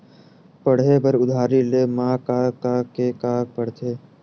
पढ़े बर उधारी ले मा का का के का पढ़ते?